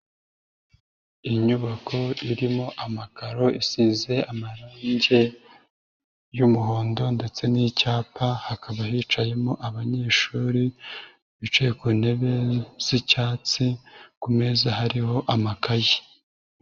Inyubako irimo amakaro, isize amarange y'umuhondo ndetse n'icyapa, hakaba hicayemo abanyeshuri, bicaye ku ntebe z'icyatsi, ku meza hariho amakaye.